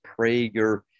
prager